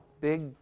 Big